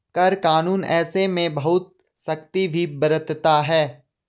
कर कानून ऐसे में बहुत सख्ती भी बरतता है